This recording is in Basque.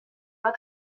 bat